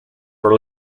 for